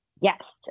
Yes